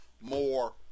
more